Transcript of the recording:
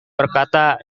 berkata